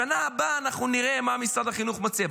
בשנה הבאה נראה מה משרד החינוך מציע.